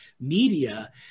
media